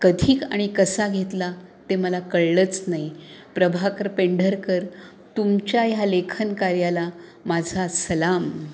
कधी आणि कसा घेतला ते मला कळलंच नाही प्रभाकर पेंढारकर तुमच्या ह्या लेखनकार्याला माझा सलाम